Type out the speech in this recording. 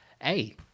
hey